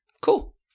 Cool